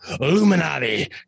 Illuminati